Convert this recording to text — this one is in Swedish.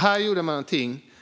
Här gjorde man